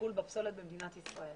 הטיפול בפסולת במדינת ישראל.